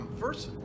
First